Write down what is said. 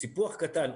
בסיפוח קטן,